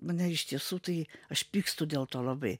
mane iš tiesų tai aš pykstu dėl to labai